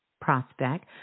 prospect